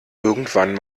irgendwann